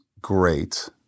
great